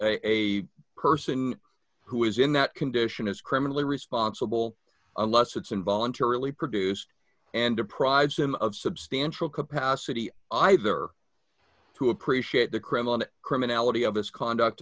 a person who is in that condition is criminally responsible unless it's involuntarily produced and deprives them of substantial capacity either to appreciate the criminal criminal